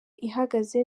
ihagaze